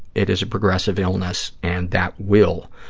it is a progressive illness and that will